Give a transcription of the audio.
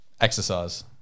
exercise